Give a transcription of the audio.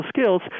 skills